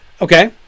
Okay